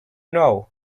know